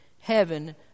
Heaven